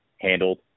handled